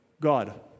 God